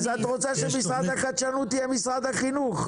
החדשנות יהיה משרד החינוך?